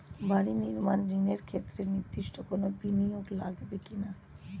বাড়ি নির্মাণ ঋণের ক্ষেত্রে নির্দিষ্ট কোনো বিনিয়োগ লাগবে কি না?